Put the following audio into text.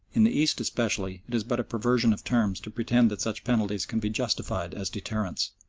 in the east especially it is but a perversion of terms to pretend that such penalties can be justified as deterrents.